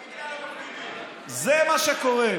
זה מה שקורה.